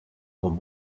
con